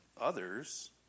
others